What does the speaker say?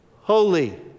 Holy